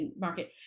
market